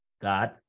God